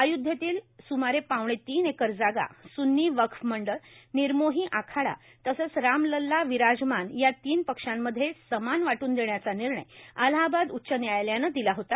अयोध्येतली सुमारे पावणे तीन एकर जागा सुन्नी वक्फ मंडळ निर्मोही आखाडा तसंच रामलल्ला विराजमान या तीन पक्षांमध्ये समान वाट्रन देण्याचा निर्णय अलाहाबाद उच्च न्यायालयानं दिला होता